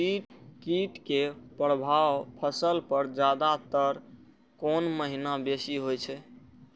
कीट के प्रभाव फसल पर ज्यादा तर कोन महीना बेसी होई छै?